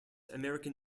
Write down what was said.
american